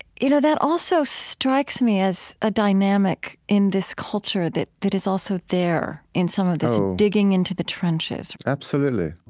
you know, that also strikes me as a dynamic in this culture that that is also there in some of this digging into the trenches oh, absolutely.